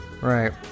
Right